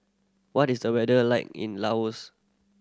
what is the weather like in Laos